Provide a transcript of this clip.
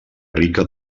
rica